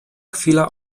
chwila